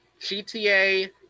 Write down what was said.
GTA